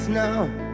now